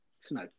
snow